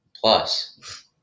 plus